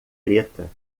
preta